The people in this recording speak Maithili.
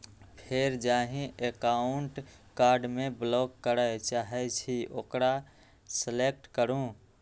फेर जाहि एकाउंटक कार्ड कें ब्लॉक करय चाहे छी ओकरा सेलेक्ट करू